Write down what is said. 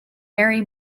mary